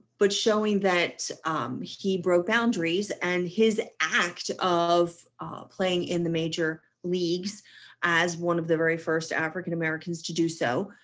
but showing that he broke boundaries and his act of playing in the major leagues as one of the very first african americans to do so